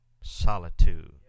solitude